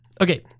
okay